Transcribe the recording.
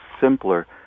simpler